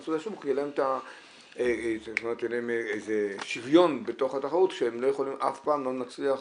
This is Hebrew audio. שייכנסו לשוק יהיה להן איזה שוויון בתוך התחרות שאף פעם לא נצליח